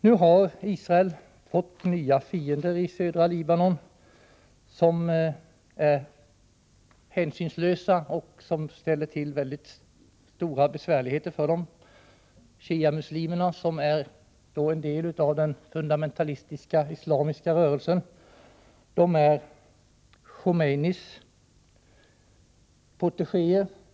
Nu har Israel fått nya fiender i södra Libanon som är hänsynslösa och som ställer till väldigt stora besvärligheter. Shiamuslimerna, som utgör en del av den fundamentalistiska islamiska rörelsen, är Khomeinis protegéer.